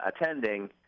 attending